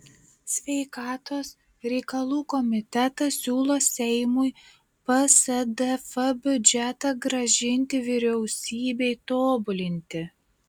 sveikatos reikalų komitetas siūlo seimui psdf biudžetą grąžinti vyriausybei tobulinti